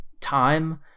time